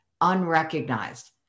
unrecognized